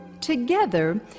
Together